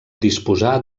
disposar